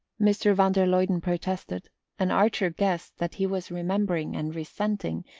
mr. van der luyden protested and archer guessed that he was remembering, and resenting,